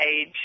Age